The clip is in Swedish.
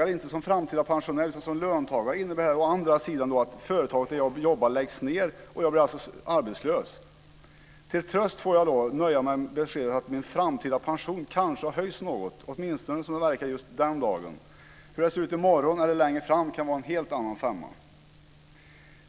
mig, inte som framtida pensionär utan som löntagare, innebär det här å andra sidan att företaget där jag jobbar läggs ned och jag blir arbetslös. Till tröst får jag nöja mig med beskedet att min framtida pension kanske har höjts något, åtminstone som det verkar just den dagen. Hur det ser ut i morgon eller ännu längre fram kan vara en helt annan femma.